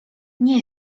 nie